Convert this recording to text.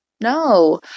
No